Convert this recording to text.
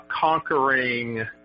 conquering